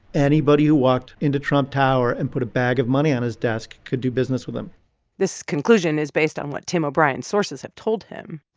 anybody who walked into trump tower and put a bag of money on his desk could do business with him this conclusion is based on what tim o'brien's sources have told him.